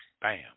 Bam